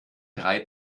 drei